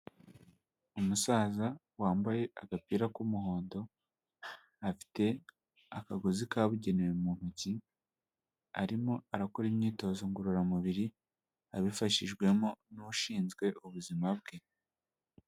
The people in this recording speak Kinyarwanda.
Umusaza wambaye agapira k'umuhondo, afite akagozi kabugenewe mu ntoki, arimo arakora imyitozo ngororamubiri, abifashijwemo n'ushinzwe ubuzima bwe.